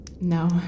No